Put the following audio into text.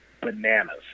bananas